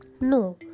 No